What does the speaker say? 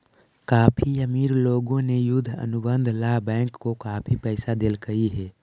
काफी अमीर लोगों ने युद्ध अनुबंध ला बैंक को काफी पैसा देलकइ हे